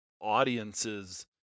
audiences